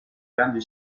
grandi